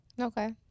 Okay